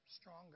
stronger